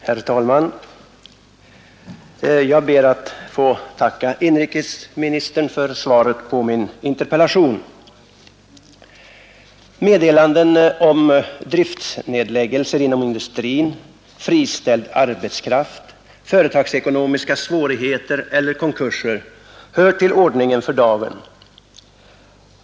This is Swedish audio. Herr talman! Jag ber att få tacka inrikesministern för svaret på min interpellation. Meddelanden om driftnedläggelser inom industrin, friställd arbetskraft, företagsekonomiska svårigheter eller konkurser hör till ordningen för dagen.